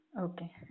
Okay